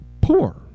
poor